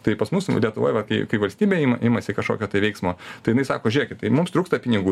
tai pas mus lietuvoj va kai kai valstybė ima imasi kažkokio tai veiksmo tai jinai sako žiūrėkit tai mums trūksta pinigų